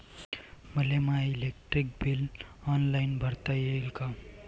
मले my electric bill online भरता येईन का?